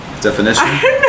Definition